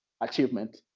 achievement